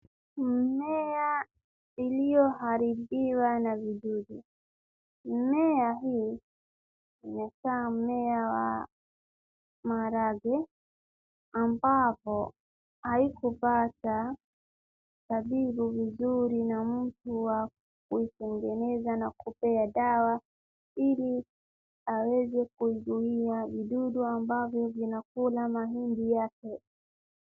Mimea iliyoharibiwa na vidudu. Mimea hii imeshamea maradhi ambapo haikupata tabibu vizuri na mtu wa kuitengeneza na kupea dawa ili aweze kuzuia vidudu ambavyo vinakula mahindi yake.